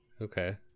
Okay